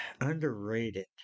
underrated